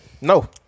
No